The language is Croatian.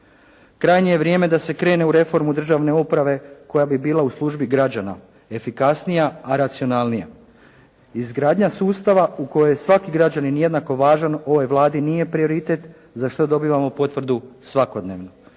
Krajnje je vrijeme da se krene u reformu državne uprave koja bi bila u službi građana, efikasnija a racionalnija. Izgradnja sustava u kojem je svaki građanin jednako važan ovoj Vladi nije prioritet za što dobivamo potvrdu svakodnevno.